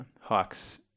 Hawks